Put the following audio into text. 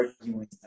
arguing